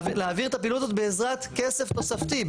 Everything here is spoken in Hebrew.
להעביר את הפעילות הזאת בעזרת כסף תוספתי,